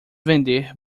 vender